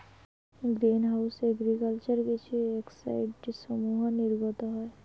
green house agriculture কিছু অক্সাইডসমূহ নির্গত হয়